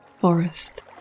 forest